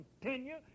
continue